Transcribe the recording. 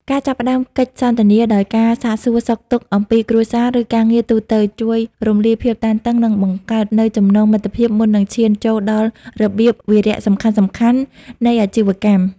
ការចាប់ផ្ដើមកិច្ចសន្ទនាដោយការសាកសួរសុខទុក្ខអំពីគ្រួសារ ឬការងារទូទៅ ជួយរំលាយភាពតានតឹង និងបង្កើតនូវចំណងមិត្តភាពមុននឹងឈានចូលដល់របៀបវារៈសំខាន់ៗនៃអាជីវកម្ម។